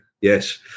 Yes